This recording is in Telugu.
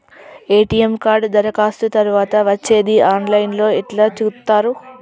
ఎ.టి.ఎమ్ కార్డు దరఖాస్తు తరువాత వచ్చేది ఆన్ లైన్ లో ఎట్ల చూత్తరు?